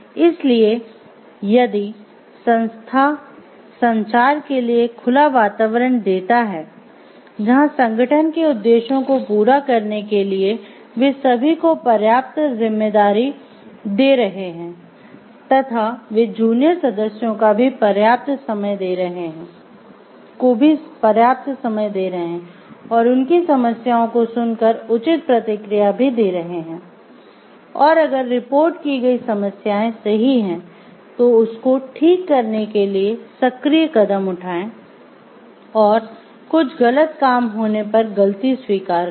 इसलिए यदि संस्था संचार के लिए एक खुला वातावरण देता है जहां संगठन के उद्देश्यों को पूरा करने के लिए वे सभी को पर्याप्त जिम्मेदारी दे रहे रहे हैं तथा वे जूनियर सदस्यों को भी पर्याप्त समय दे रहे हैं और उनकी समस्याओं को सुनकर उचित प्रतिक्रिया भी दे रहे हैं और अगर रिपोर्ट की गई समस्याएं सही हैं तो उसको ठीक करने के लिए सक्रिय कदम उठाएं और कुछ गलत काम होने पर गलती स्वीकार करें